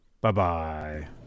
Bye-bye